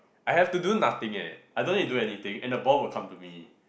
I have to do nothing eh I don't need do anything and the ball will come to me